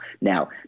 Now